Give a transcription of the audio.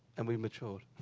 and we've matured.